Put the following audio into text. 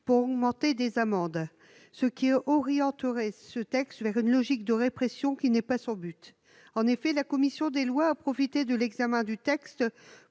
pour augmenter des amendes, ce qui est entouré ce texte vers une logique de répression qui n'est pas son but, en effet, la commission des Lois à profiter de l'examen du texte